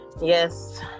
yes